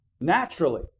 naturally